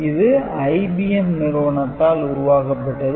இது IBM நிறுவனத்தால் உருவாக்கப்பட்டது